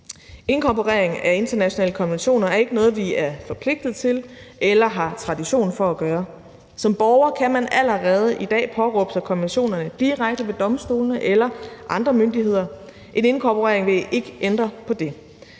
Inkorporering af internationale konventioner er ikke noget, vi er forpligtet til eller har tradition for at gøre. Som borger kan man allerede i dag påberåbe sig konventionerne direkte ved domstolene eller andre myndigheder. En inkorporering vil ikke ændre på det.